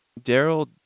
Daryl